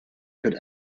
could